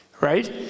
right